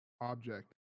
object